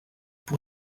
pour